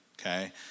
okay